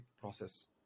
process